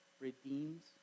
redeems